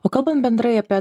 o kalbant bendrai apie